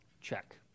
Check